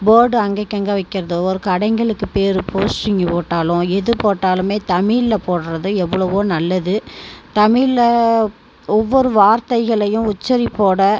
board அங்கேக்கு அங்கே வைக்கிறதோ ஒரு கடைங்களுக்கு பேயரு போஸ்டிங் போட்டாலும் எது போட்டாலுமே தமிழில் போடுகிறது எவ்வளவோ நல்லது தமிழில் ஒவ்வொரு வார்த்தைகளையும் உச்சரிப்போடய